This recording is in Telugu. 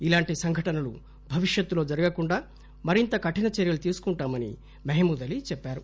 ఇలాంటి సంఘటనలు భవిష్యత్ లో జరుగకుండా మరింత కఠిన చర్చలు తీసుకుంటామని మహమూద్ అలీ చెప్పారు